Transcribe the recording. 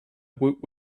woot